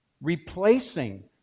Replacing